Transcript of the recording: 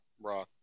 Raw